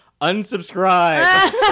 unsubscribe